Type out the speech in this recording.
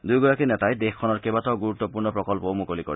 দুয়োগৰাকী নেতাই দেশখনৰ কেইবাটাও গুৰুত্পূৰ্ণ প্ৰকল্পও মুকলি কৰে